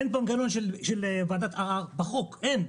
אין מנגנון של ועדת ערר בחוק, אין.